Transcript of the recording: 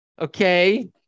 okay